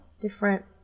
different